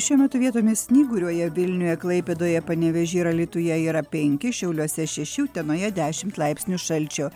šiuo metu vietomis snyguriuoja vilniuje klaipėdoje panevėžyje ir alytuje yra penki šiauliuose šeši utenoje dešimt laipsnių šalčio